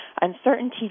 Uncertainty